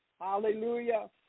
Hallelujah